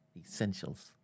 essentials